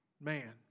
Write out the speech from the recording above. man